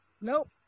nope